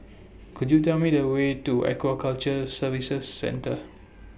Could YOU Tell Me The Way to Aquaculture Services Centre